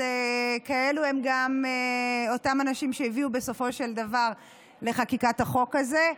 כאלה הם גם אותם אנשים שהביאו בסופו של דבר לחקיקת החוק הזה.